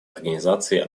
организации